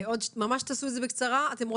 בבקשה.